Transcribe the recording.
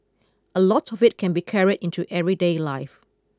a lot of it can be carried into everyday life